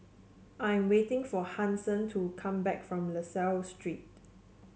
I'm waiting for Hanson to come back from La Salle Street